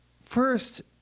First